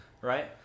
right